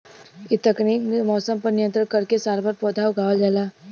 इ तकनीक से मौसम पर नियंत्रण करके सालभर पौधा उगावल जाला